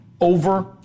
over